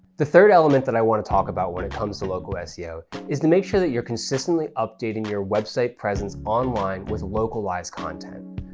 the third element that i want to talk about when it comes to local seo is to make sure that you're consistently updating your website presence online with localized content.